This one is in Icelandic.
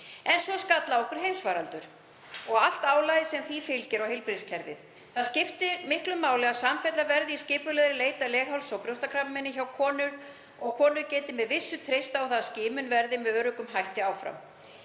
En svo skall á okkur heimsfaraldur og allt álagið sem honum fylgir á heilbrigðiskerfið. Það skipti miklu máli að samfella verði í skipulagðri leit að legháls- og brjóstakrabbameini hjá konum og að konur geti með vissu treyst á að skimun verði með öruggum hætti áfram.